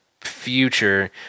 future